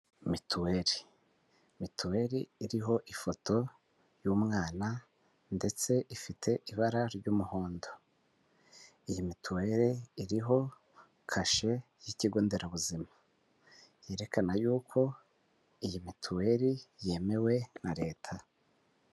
Mituel, mituel iriho ifoto y'umwana, ndetse ifite ibara ry'umuhondo, iyi mituel iriho kashe y'ikigo nderabuzima, yerekana yuko iyi mituel yemewe na leta.